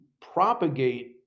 propagate